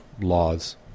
laws